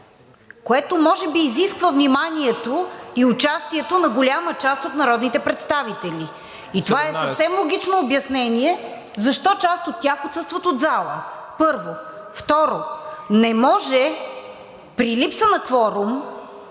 което може би изисква вниманието и участието на голяма част от народните представители. Това е съвсем логично обяснение защо част от тях отсъстват от залата, първо. Второ, при липса на кворум